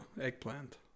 eggplant